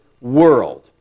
world